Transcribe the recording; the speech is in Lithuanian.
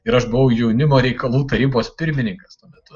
ir aš buvau jaunimo reikalų tarybos pirmininkas tuo metu